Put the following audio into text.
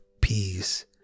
peace